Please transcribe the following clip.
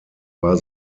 war